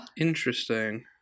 interesting